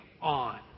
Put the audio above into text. on